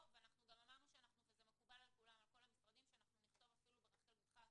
וזה גם מקובל על כל המשרדים שנכתוב את זה ברחל ביתך הקטנה,